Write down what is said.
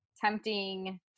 tempting